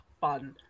fun